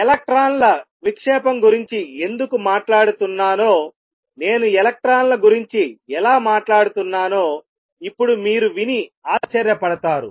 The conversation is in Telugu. ఎలక్ట్రాన్ల విక్షేపం గురించి ఎందుకు మాట్లాడుతున్నానో నేను ఎలక్ట్రాన్ల గురించి ఎలా మాట్లాడుతున్నానో ఇప్పుడు మీరు విని ఆశ్చర్యపడతారు